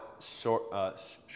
short